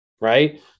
right